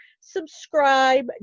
subscribe